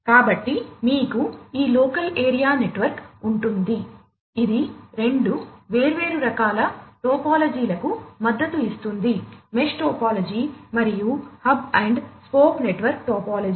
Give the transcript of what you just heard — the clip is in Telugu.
కాబట్టి మీకు ఈ లోకల్ ఏరియా నెట్వర్క్ ఉంటుంది ఇది రెండు వేర్వేరు రకాల టోపోలాజీలకు మద్దతు ఇస్తుంది మెష్ టోపోలాజీ మరియు hub and spoke network topology